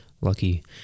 Lucky